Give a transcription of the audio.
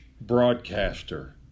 broadcaster